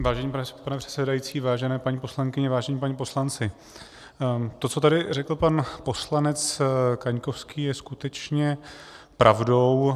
Vážený pane předsedající, vážené paní poslankyně, vážení páni poslanci, to, co tady řekl pan poslanec Kaňkovský, je skutečně pravdou.